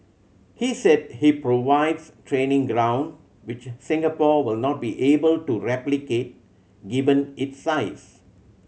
he said he provides training ground which Singapore will not be able to replicate given its size